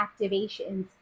activations